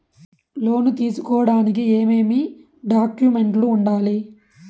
లోను తీసుకోడానికి ఏమేమి డాక్యుమెంట్లు ఉండాలి